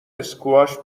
اسکواش